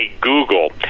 Google